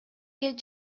келип